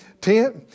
tent